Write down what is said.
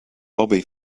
bobby